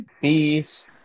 Peace